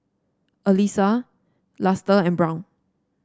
Elyssa Luster and Brown